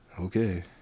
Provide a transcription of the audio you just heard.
okay